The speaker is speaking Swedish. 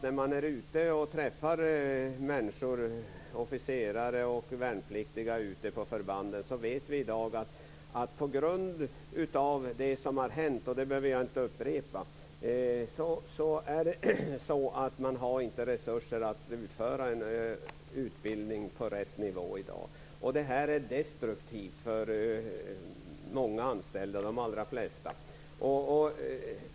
När man är ute och träffar officerare och värnpliktiga ute på förbanden får man veta att mot bakgrund av det som har hänt - och jag behöver inte upprepa det - har man inte resurser att utföra en utbildning på rätt nivå. Detta är destruktivt för de allra flesta anställda.